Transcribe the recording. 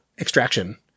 extraction